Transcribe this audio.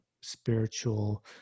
spiritual